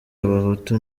abahutu